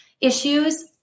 issues